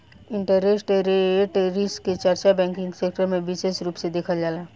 interest rate risk के चर्चा banking sector में बिसेस रूप से देखल जाला